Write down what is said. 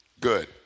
Good